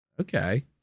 Okay